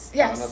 yes